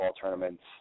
tournaments